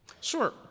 Sure